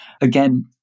Again